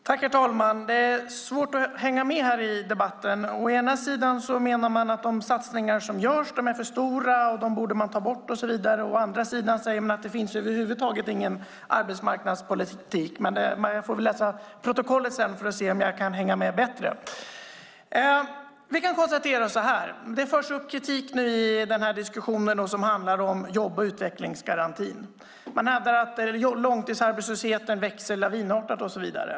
Herr talman! Det är svårt att hänga med i debatten. Å ena sidan menar man att de satsningar som görs är för stora, man borde ta bort dem och så vidare. Å andra sidan säger man att det över huvud taget inte finns någon arbetsmarknadspolitik. Jag får väl läsa protokollet sedan för att se om jag hänger med bättre. Vi kan konstatera att det förs upp kritik i den här diskussionen som handlar om jobb och utvecklingsgarantin. Man hävdar att långtidsarbetslösheten växer lavinartat och så vidare.